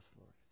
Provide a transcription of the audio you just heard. Lord